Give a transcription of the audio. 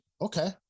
Okay